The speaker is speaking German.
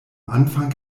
anfang